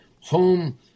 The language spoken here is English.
home